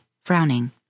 frowning